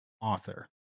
author